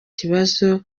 kibazo